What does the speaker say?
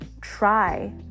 try